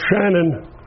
Shannon